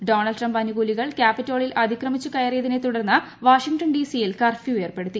Donald Trump അനുകൂലികൾ ക്യാപിറ്റോളിൽ അതിക്രമിച്ചു കയറിയതിനെ തുടർന്ന് വാഷിംഗ്ടൺ ഡിസിയിൽ കർഫ്യൂ ഏർപ്പെടുത്തി